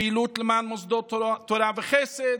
פעילות למען מוסדות תורה וחסד,